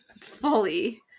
fully